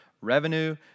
revenue